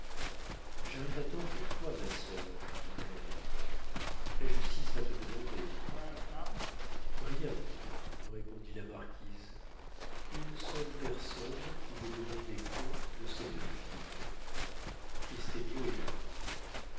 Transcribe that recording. j'arrive à temps pour toi ma sœur dit henri la justice va te demander rien répondit la marquise une seule personne pouvait demander compte de cette fille christemio est mort